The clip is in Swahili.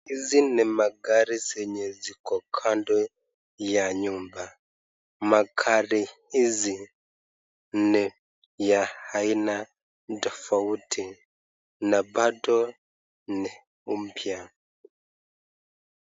Hizi ni magari zenye ziko kando ya nyumba, makali hizi, ni ya, aina tofauti, na bado ni, mpya.